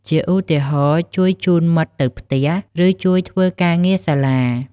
ជាឧទាហរណ៍ ជួយជូនមិត្តទៅផ្ទះ ឬ ជួយធ្វើការងារសាលា។